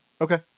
Okay